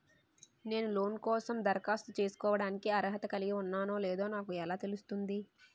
నేను లోన్ కోసం దరఖాస్తు చేసుకోవడానికి అర్హత కలిగి ఉన్నానో లేదో నాకు ఎలా తెలుస్తుంది?